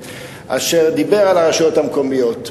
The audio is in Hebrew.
אשר דיבר על הרשויות המקומיות.